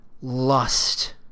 lust